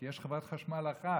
כי יש חברת חשמל אחת,